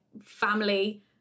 family